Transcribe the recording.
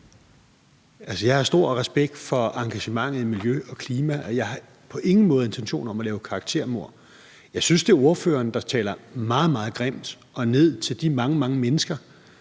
Jeg har stor respekt for engagementet i miljø og klima, og jeg har på ingen måde intention om at lave karaktermord. Jeg synes, at det er ordføreren, der taler meget, meget grimt og ned til de mange, mange mennesker,